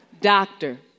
doctor